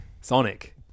Sonic